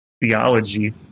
theology